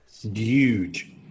Huge